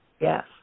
Yes